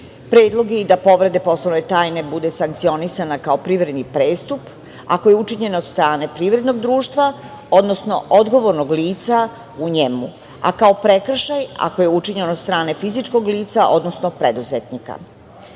Predlog je i da povreda poslovne tajne bude sankcionisana kao privredni prestup ako je učinjena od strane privrednog društva, odnosno odgovornog lica u njemu, a kao prekršaj ako je učinjen od strane fizičkog lica, odnosno preduzetnika. Zakon